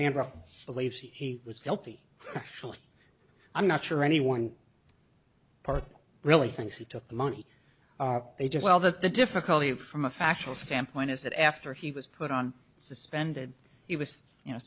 believes he was guilty actually i'm not sure anyone part really thinks he took the money they just well that the difficulty of from a factual standpoint is that after he was put on suspended he was you know